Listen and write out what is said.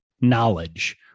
knowledge